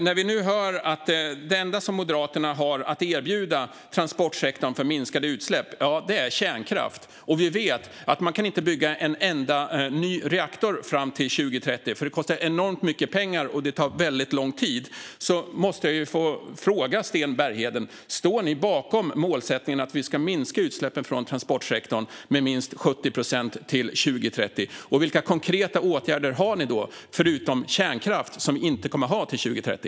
När vi nu hör att det enda som Moderaterna har att erbjuda transportsektorn för minskade utsläpp är kärnkraft och vi vet att man inte kan bygga en enda ny reaktor fram till 2030, eftersom det kostar enormt mycket pengar och tar väldigt lång tid, måste jag ju få fråga Sten Bergheden: Står ni bakom målsättningen att vi ska minska utsläppen från transportsektorn med minst 70 procent till 2030? Vilka konkreta åtgärder har ni förutom kärnkraft, som vi inte kommer att ha till 2030?